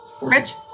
Rich